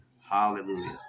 Hallelujah